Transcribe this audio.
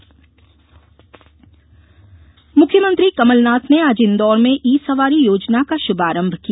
ई सवारी योजना मुख्यमंत्री कमलनाथ ने आज इंदौर में ई सवारी योजना का शुभारंभ किया